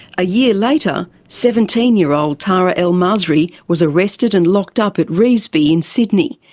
a year later, seventeen year old tara el-masri was arrested and locked up at revesby in sydney.